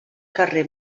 carrer